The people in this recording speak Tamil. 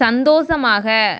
சந்தோஷமாக